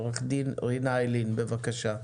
עורכת הדין רינה איילין, בבקשה.